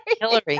Hillary